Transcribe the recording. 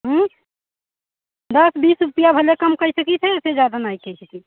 दस बीस रुपया भले कम कई सकते है इससे ज़्यादा नहीं कर सकते